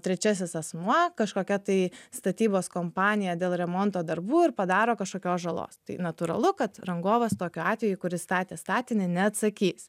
trečiasis asmuo kažkokia tai statybos kompanija dėl remonto darbų ir padaro kažkokios žalos tai natūralu kad rangovas tokiu atveju kuris statė statinį neatsakys